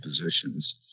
positions